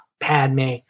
Padme